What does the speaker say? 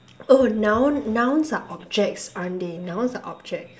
oh noun nouns are objects aren't they nouns are objects